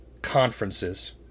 conferences